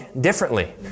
differently